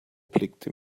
blickte